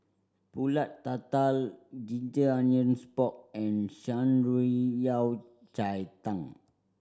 Pulut Tatal ginger onions pork and Shan Rui Yao Cai Tang